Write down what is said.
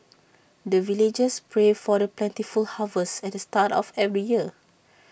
the villagers pray for the plentiful harvest at the start of every year